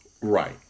right